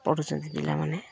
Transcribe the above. ପଢ଼ୁଛନ୍ତି ପିଲାମାନେ